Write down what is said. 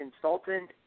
consultant